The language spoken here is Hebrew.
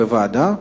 בוועדה,